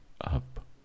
up